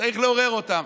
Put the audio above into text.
צריך לעורר אותם.